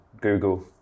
Google